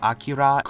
Akira